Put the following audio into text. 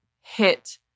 hit